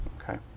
Okay